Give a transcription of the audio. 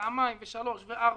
פעמיים ושלוש וארבע,